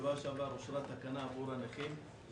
בשבוע שעבר אושרה תקנה עבור הנכים.